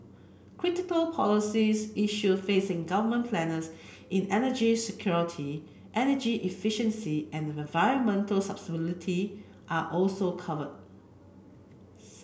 critical policies issue facing government planners in energy security energy efficiency and environmental sustainability are also covered